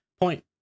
Point